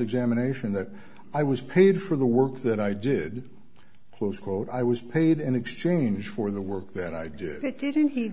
examination that i was paid for the work that i did was quote i was paid in exchange for the work that i did it didn't he